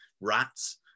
rats